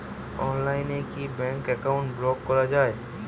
অনলাইনে কি bank account block করা য়ায়?